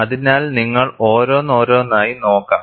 അതിനാൽ നിങ്ങൾ ഓരോന്ന് ഓരോന്നായി നോക്കാം